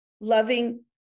loving